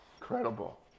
Incredible